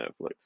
Netflix